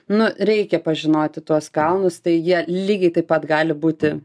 nu reikia pažinoti tuos kalnus tai jie lygiai taip pat gali būti